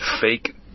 fake